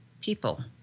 people